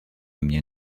mnie